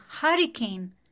hurricane